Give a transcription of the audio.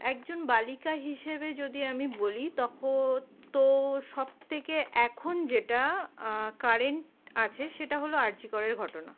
একজন বালিকা হিসেবে যদি আমি বলি তখন তো সবথেকে এখন যেটা কারেন্ট আছে সেটা হলো আর জি করের ঘটনা